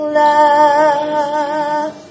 love